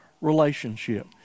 relationship